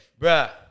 Bruh